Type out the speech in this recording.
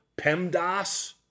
PEMDAS